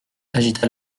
agita